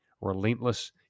relentless